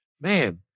man